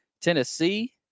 Tennessee